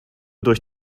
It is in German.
durch